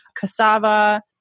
cassava